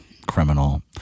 Criminal